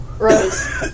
rose